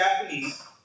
Japanese